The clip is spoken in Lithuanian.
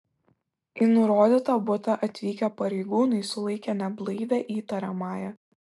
į nurodytą butą atvykę pareigūnai sulaikė neblaivią įtariamąją